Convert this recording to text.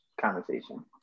conversation